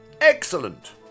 Excellent